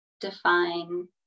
define